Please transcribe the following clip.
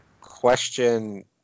question